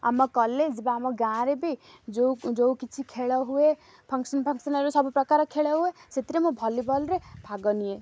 ଆମ କଲେଜ୍ ବା ଆମ ଗାଁରେ ବି ଯେଉଁ ଯେଉଁ କିଛି ଖେଳ ହୁଏ ଫଙ୍କସନ୍ ଫଙ୍କସନ୍ରେ ସବୁ ପ୍ରକାର ଖେଳ ହୁଏ ସେଥିରେ ମୁଁ ଭଲିବଲ୍ରେ ଭାଗ ନିଏ